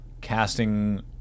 casting